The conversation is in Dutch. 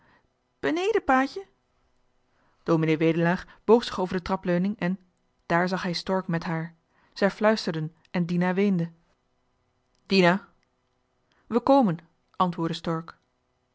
beneden paatje ds wedelaar boog zich over de trapleuning en daar zag hij stork met haar zij fluisterden en dina weende dina we komen antwoordde stork